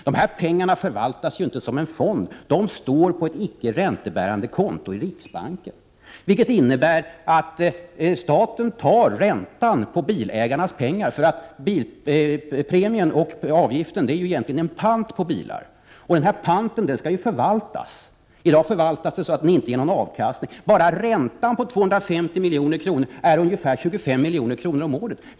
Dessa pengar förvaltas inte som en fond, de står på ett icke räntebärande konto i riksbanken, vilket innebär att staten tar räntan på bilägarnas pengar. Premien och avgiften är egentligen en pant på bilarna, och denna pant skall ju förvaltas. I dag förvaltas den så att den inte ger någon avkastning. Bara räntan på 250 milj.kr. är ungefär 25 milj.kr. om året.